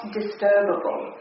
disturbable